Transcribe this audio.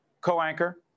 co-anchor